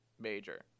major